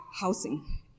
housing